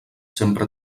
sempre